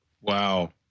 wow